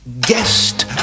guest